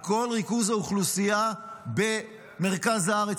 על כל ריכוז האוכלוסייה במרכז הארץ,